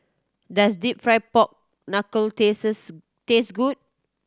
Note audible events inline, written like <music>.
does Deep Fried Pork Knuckle <unintelligible> taste good